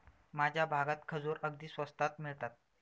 माझ्या भागात खजूर अगदी स्वस्तात मिळतात